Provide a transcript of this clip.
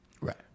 Right